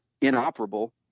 inoperable